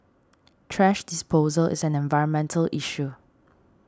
thrash disposal is an environmental issue